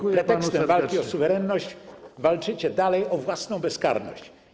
Pod pretekstem walki o suwerenność walczycie dalej o własną bezkarność.